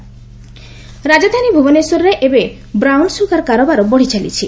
brown sugar ରାଜଧାନୀ ଭୁବନେଶ୍ୱରରେ ଏବେ ବ୍ରାଉନ୍ ସୁଗାର କାରବାର ବଢ଼ିଚାଲିଛି